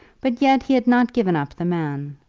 but yet he had not given up the man.